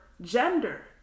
gender